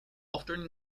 often